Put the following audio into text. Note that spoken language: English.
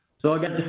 so, again, these